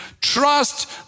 Trust